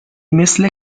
مثل